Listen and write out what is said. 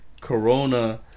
Corona